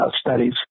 studies